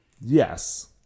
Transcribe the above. Yes